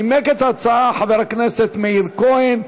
נימק את ההצעה חבר הכנסת מאיר כהן.